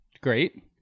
Great